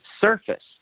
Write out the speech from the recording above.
surface